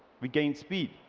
we gain speed,